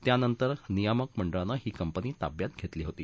त्यानंतर नियामक मंडळानं ही कंपनी ताब्यात घेतली होती